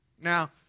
Now